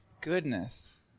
Goodness